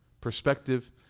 perspective